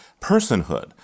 personhood